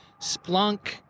Splunk